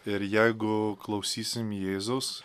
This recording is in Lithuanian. ir jeigu klausysim jėzus